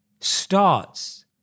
starts